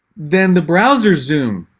than the browser zoom.